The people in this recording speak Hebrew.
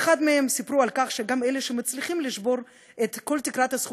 באחד מהם סיפרו שגם אלה שמצליחים לשבור את כל תקרת הזכוכית,